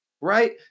right